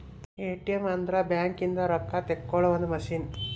ATM ಅಂದ್ರ bank ಇಂದ ರೊಕ್ಕ ತೆಕ್ಕೊಳೊ ಒಂದ್ ಮಸಿನ್